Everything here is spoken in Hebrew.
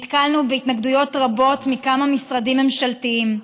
נתקלנו בהתנגדויות רבות מכמה משרדים ממשלתיים.